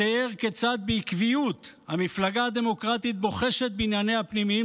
הוא תיאר כיצד בעקביות המפלגה הדמוקרטית בוחשת בענייניה הפנימיים